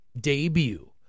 debut